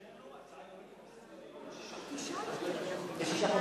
אני מציע שמי שאיננו,